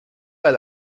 pas